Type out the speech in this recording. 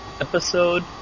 Episode